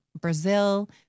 Brazil